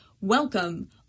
welcome